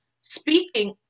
speaking